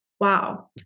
Wow